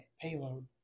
payload